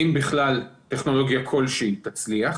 האם בכלל טכנולוגיה כלשהי תצליח